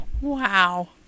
Wow